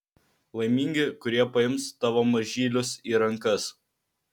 laimingi kurie paims tavo mažylius į rankas